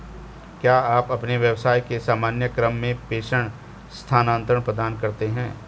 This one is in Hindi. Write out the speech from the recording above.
क्या आप अपने व्यवसाय के सामान्य क्रम में प्रेषण स्थानान्तरण प्रदान करते हैं?